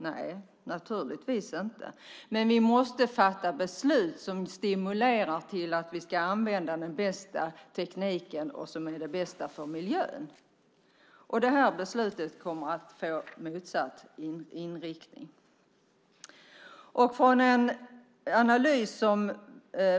Nej, naturligtvis inte, men vi måste fatta beslut som stimulerar användningen av den bästa tekniken och som är bäst för miljön. Det här beslutet kommer att få motsatt effekt.